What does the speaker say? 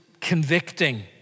convicting